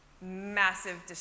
massive